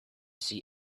see